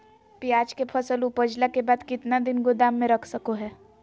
प्याज के फसल उपजला के बाद कितना दिन गोदाम में रख सको हय?